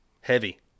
Heavy